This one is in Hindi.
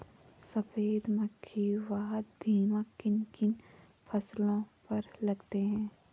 सफेद मक्खी व दीमक किन किन फसलों पर लगते हैं?